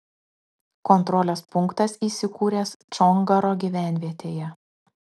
kontrolės punktas įsikūręs čongaro gyvenvietėje